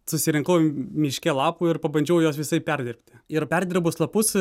susirinkau miške lapų ir pabandžiau juos visaip perdirbti ir perdirbus lapus